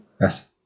Yes